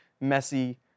messy